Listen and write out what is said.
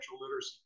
literacy